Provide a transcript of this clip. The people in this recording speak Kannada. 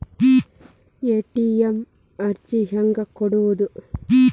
ಎ.ಟಿ.ಎಂ ಅರ್ಜಿ ಹೆಂಗೆ ಕೊಡುವುದು?